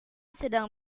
sedang